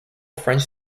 french